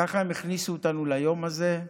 ככה הם הכניסו אותנו ליום הזה.